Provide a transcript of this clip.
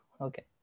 okay